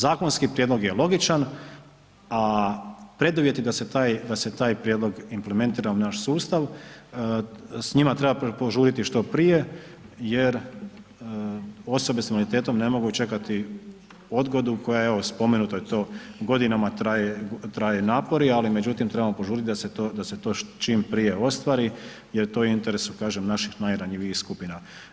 Zakonski prijedlog je logičan, a preduvjeti da se taj, da se taj prijedlog implementira u naš sustav, s njima treba požuriti što prije jer osobe s invaliditetom ne mogu čekati odgodu koja je evo spomenuto je to, godinama traje, traju napori, ali međutim trebamo požurit da se to, da se to čim prije ostvari jer je to u interesu kažem naših najranjivijih skupina.